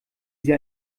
sie